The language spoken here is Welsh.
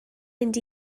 mynd